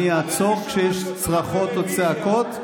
אני אעצור כשיש צרחות או צעקות,